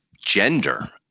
gender